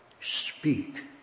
Speak